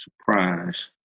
Surprise